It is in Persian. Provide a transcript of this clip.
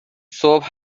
صبح